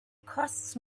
costs